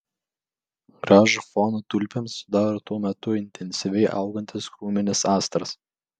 gražų foną tulpėms sudaro tuo metu intensyviai augantis krūminis astras